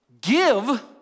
Give